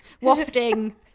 wafting